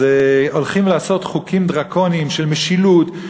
אז הולכים לעשות חוקים דרקוניים של משילות,